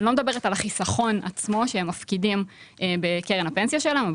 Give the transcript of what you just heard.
אני לא מדברת על החיסכון עצמו שמפקידים בקרן הפנסיה שלהם,